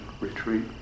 retreat